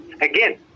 again